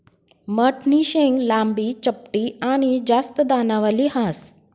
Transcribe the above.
मठनी शेंग लांबी, चपटी आनी जास्त दानावाली ह्रास